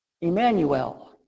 Emmanuel